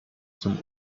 zum